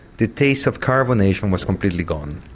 the taste of carbonation was completely gone.